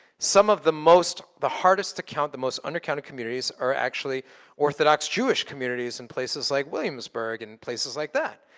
some of the most, the hardest to count, the most under counted communities, are actually orthodox jewish communities in places like williamsburg and places like that.